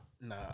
Nah